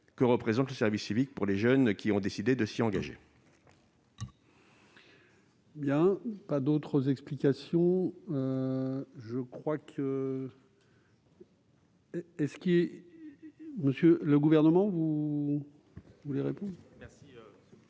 que représente ce service pour les jeunes qui ont décidé de s'y engager.